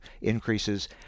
increases